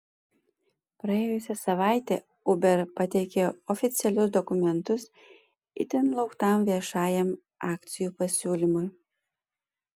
praėjusią savaitę uber pateikė oficialius dokumentus itin lauktam viešajam akcijų pasiūlymui